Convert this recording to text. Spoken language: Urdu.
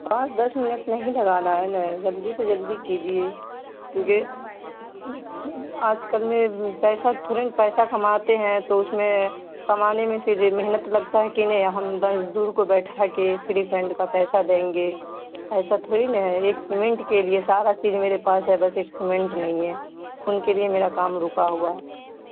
پانچ دس منٹ نہیں لگانا ہے نا جلدی سے جلدی کیجیے کیونکہ آج کل میں پیسہ تھوڑی نا پیسہ کماتے ہیں تو اس میں کمانے میں محنت لگتا ہے کہ نہیں ہم مزدور کو بیٹھا کے فری فنڈ کا پیسہ دیں گے ایسا تھوڑی نا ہے ایک سیمنٹ کے لیے سارا چیز میرے پاس ہے بس ایک سیمنٹ نہیں ہے ان کے لیے میرا کام رکا ہوا ہے